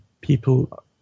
people